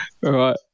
right